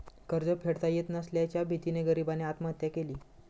कर्ज फेडता येत नसल्याच्या भीतीने गरीबाने आत्महत्या केली